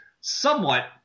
somewhat